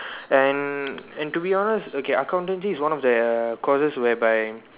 and and to be honest okay accountancy is one of the courses whereby